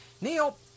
Neil